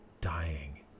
dying